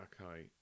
okay